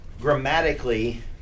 grammatically